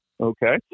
okay